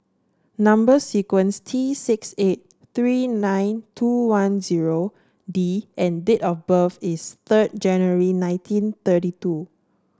number sequence is T six eight three nine two one zero D and date of birth is third January nineteen thirty two